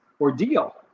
ordeal